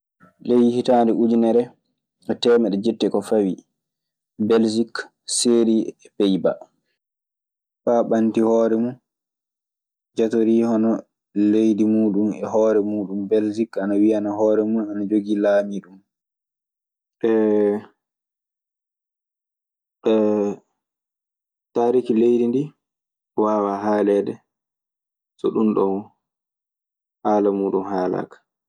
Ley hitaɗe ujunere temeeɗe dietti e ko fawi, belgike seri e Peybaa, faa ɓanti hoore mun jatorii hono leydi muuɗun e hoore muuɗun. Belsik ana wiyana hoore mun, ana jogii laamiiɗo ɗun. Taariki leydi ndii waawaa haaleede so ɗunɗon haala muuɗun haalaaka.